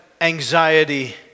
anxiety